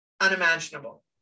unimaginable